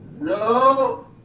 No